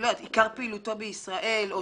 שעיקר פעילותם בישראל או